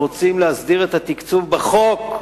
להסדיר את התקצוב בחוק,